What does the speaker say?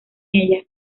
ella